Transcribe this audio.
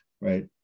right